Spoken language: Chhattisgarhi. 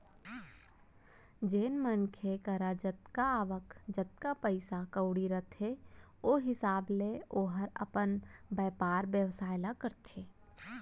जेन मनसे करा जतका आवक, जतका पइसा कउड़ी रथे ओ हिसाब ले ओहर अपन बयपार बेवसाय ल करथे